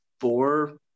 four